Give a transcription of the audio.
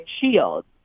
shields